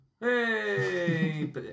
hey